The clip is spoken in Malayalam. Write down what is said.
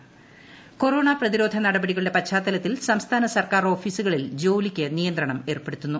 സർക്കാർ അവധി കൊറോണ പ്രതിരോധ നടപടികളുടെ പശ്ചാത്തലത്തിൽ സംസ്ഥാന സർക്കാർ ഓഫിസുകളിൽ ജോലിക്ക് നിയന്ത്രണം ഏർപ്പെടുത്തുന്നു